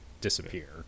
disappear